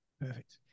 Perfect